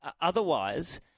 Otherwise